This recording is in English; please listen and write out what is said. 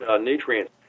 nutrients